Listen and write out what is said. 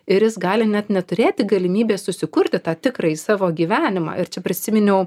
ir jis gali net neturėti galimybės susikurti tą tikrąjį savo gyvenimą ir čia prisiminiau